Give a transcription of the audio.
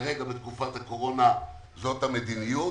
כרגע בתקופת הקורונה זאת המדיניות.